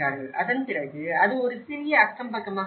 அதன்பிறகு அது ஒரு சிறிய அக்கம் பக்கமாக மாறும்